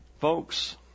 folks